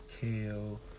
kale